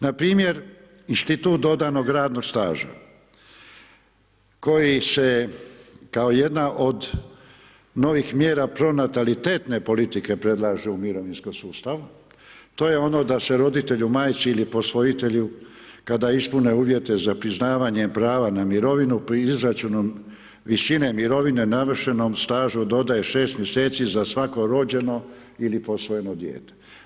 Npr. institut dodanog radnog staža koji se kao jedna od novih mjera pronatalitetne politike predlaže u mirovinskom sustavu, to je ono da se roditelju, majci ili posvojitelju kada ispune uvjete za priznavanje prava na mirovinu pri izračunu visine mirovine navršenom stažu dodaje 6 mjeseci za svako rođeno ili posvojeno dijete.